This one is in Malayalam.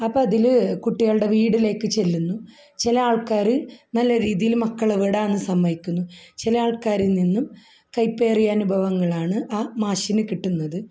അതിൽ കുട്ടികളുടെ വീട്ടിലേക്ക് ചെല്ലുന്നു ചില ആൾക്കാർ നല്ല രീതിയിൽ മക്കളെ വിടുക എന്ന് സമ്മതിക്കുന്നു ചില ആൾക്കാരിൽ നിന്ന് കയ്പ്പേറിയ അനുഭവങ്ങളാണ് ആ മാഷിന് കിട്ടുന്നത്